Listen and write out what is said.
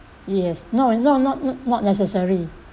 yes no not not not necessary